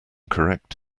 correct